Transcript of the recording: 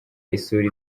isura